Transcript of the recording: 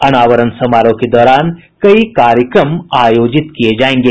अनावरण समारोह के दौरान कई कार्यक्रम आयोजित किये जायेंगे